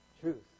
Truth